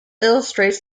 illustrates